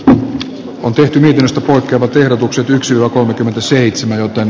hän on tyytynyt ostot kulkevat ehdotukset yksi yv kolmekymmentäseitsemän joten